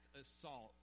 assault